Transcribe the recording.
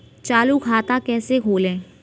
चालू खाता कैसे खोलें?